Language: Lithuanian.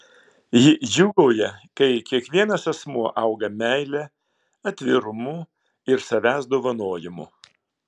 ji džiūgauja kai kiekvienas asmuo auga meile atvirumu ir savęs dovanojimu